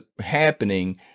happening